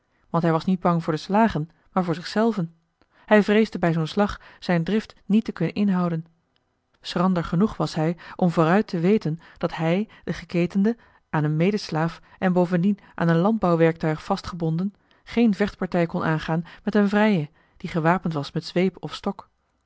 want hij was niet bang voor de slagen maar voor zichzelven hij vreesde bij zoo'n slag zijn drift niet te kunnen inhouden schrander genoeg was hij om vooruit te weten dat hij de geketende aan een medeslaaf en bovendien aan een landbouwwerktuig vastgebonden geen vechtpartij kon aangaan met een vrije die gewapend was met zweep of stok